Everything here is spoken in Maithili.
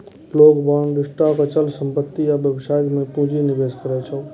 लोग बांड, स्टॉक, अचल संपत्ति आ व्यवसाय मे पूंजी निवेश करै छै